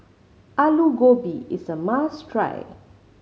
Alu Gobi is a must try